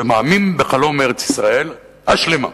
ומאמין בחלום ארץ-ישראל השלמה,